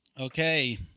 Okay